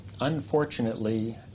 unfortunately